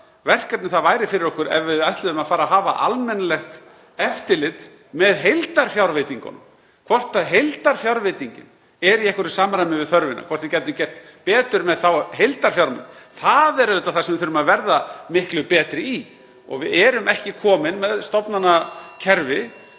verkefni það væri fyrir okkur ef við ætluðum að hafa almennilegt eftirlit með heildarfjárveitingunum, hvort heildarfjárveitingin er í einhverju samræmi við þörfina, hvort við gætum gert betur með heildarfjármunina. Það er auðvitað það sem við þurfum að verða miklu betri í og við erum ekki komin með stofnanakerfi,